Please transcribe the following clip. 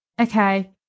okay